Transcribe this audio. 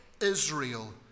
Israel